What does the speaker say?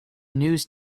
news